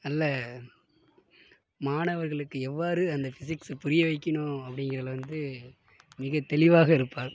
நல்ல மாணவர்களுக்கு எவ்வாறு அந்த பிசிக்ஸை புரிய வைக்கணும் அப்படிங்கிறதுல வந்து மிகத் தெளிவாக இருப்பார்